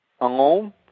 alone